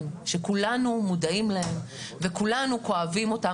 שכולנו מודעים להם וכולנו כואבים אותם.